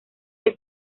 que